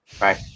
right